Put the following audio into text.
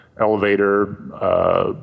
elevator